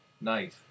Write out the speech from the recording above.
night